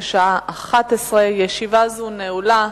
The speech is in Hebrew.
ברשות יושבת-ראש הישיבה, הנני מתכבד להודיע,